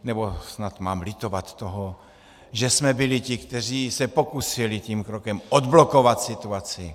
Nebo snad mám litovat toho, že jsme byli ti, kteří se pokusili tím krokem odblokovat situaci?